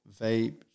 vape